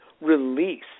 release